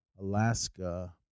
Alaska